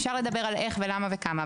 אפשר לדבר על איך, למה וכמה.